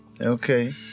Okay